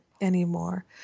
anymore